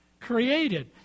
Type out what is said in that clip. created